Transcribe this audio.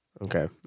Okay